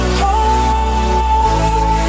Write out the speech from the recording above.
heart